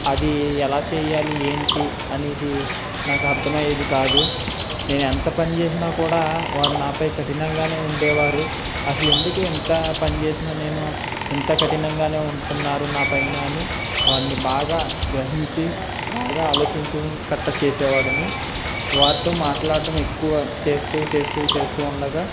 అది ఎలా చేయాలి ఏంటి అనేది నాకు అర్థమైయ్యేది కాదు నేను ఎంత పని చేసినా కూడా వారు నాపై కఠినంగానే ఉండేవారు అసలు ఎందుకు ఇంత పనిచేసిన నేను ఎంత కఠినంగానే ఉంటున్నారు నాపైన అని వారిని బాగా గ్రహించి బాగా ఆలోచించి కరెక్టుగా చేసే వాడిని వారితో మాట్లాడటం ఎక్కువ చేస్తూ చేస్తూ చేస్తూ ఉండగా